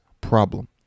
problem